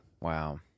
Wow